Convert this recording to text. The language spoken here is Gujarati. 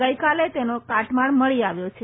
ગઇકાલે તેનો કાટમાળ મળી આવ્યો છે